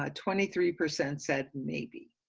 ah twenty three percent said maybe,